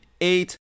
Eight